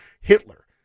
Hitler